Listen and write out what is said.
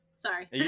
sorry